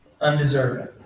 undeserving